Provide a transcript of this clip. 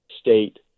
state